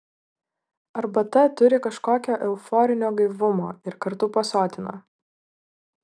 arbata turi kažkokio euforinio gaivumo ir kartu pasotina